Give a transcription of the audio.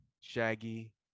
Shaggy